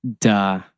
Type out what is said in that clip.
Duh